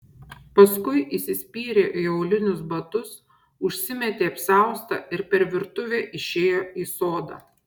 paskui įsispyrė į aulinius batus užsimetė apsiaustą ir per virtuvę išėjo į sodą